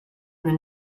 nel